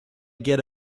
get